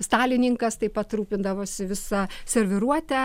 stalininkas taip pat rūpindavosi visa serviruote